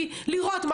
ראיתי.